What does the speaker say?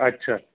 अच्छा